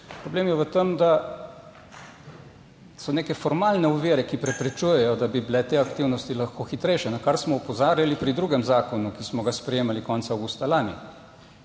problem je v tem, da so neke formalne ovire, ki preprečujejo, da bi bile te aktivnosti lahko hitrejše, na kar smo opozarjali pri drugem zakonu, ki smo ga sprejemali konec avgusta lani